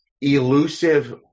elusive